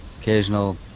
occasional